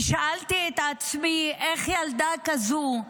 ושאלתי את עצמי איך ילדה כזאת,